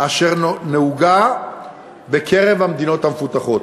אשר נהוגה בקרב המדינות המפותחות.